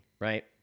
right